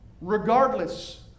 Regardless